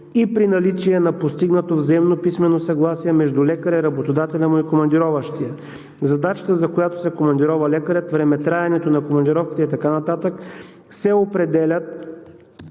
и при наличие на постигнато взаимно писмено съгласие между лекаря и работодателя на командироващия. Задачата, за която се командирова лекарят, времетраенето на командировките и така нататък се определят